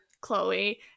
Chloe